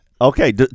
Okay